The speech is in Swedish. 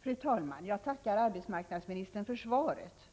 Fru talman! Jag tackar arbetsmarknadsministern för svaret.